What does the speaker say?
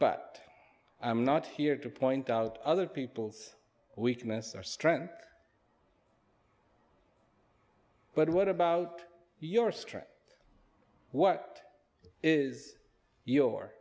but i'm not here to point out other people's weakness or strength but what about your strength what is your